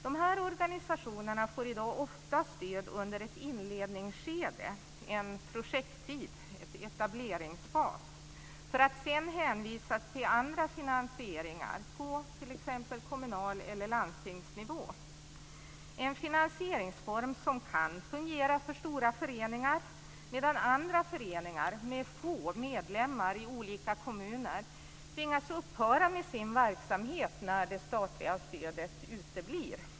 Dessa organisationer får i dag ofta stöd under ett inledningsskede, en projekttid eller en etableringsfas, för att sedan hänvisas till andra finansieringar, t.ex. på kommunal nivå eller landstingsnivå. Det är en finansieringsform som kan fungera för stora föreningar, medan andra föreningar med få medlemmar i olika kommuner tvingas upphöra med sin verksamhet när det statliga stödet uteblir.